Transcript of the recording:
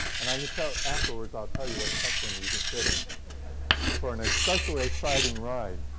and i can tell afterwards, i'll tell you what section you can sit in for an especially exciting ride